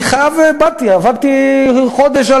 אני חייב, עבדתי על זה חודש.